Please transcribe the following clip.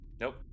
Nope